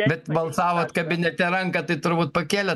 bet balsavot kabinete ranką tai turbūt pakėlėt